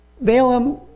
Balaam